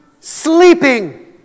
sleeping